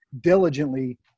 diligently